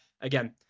again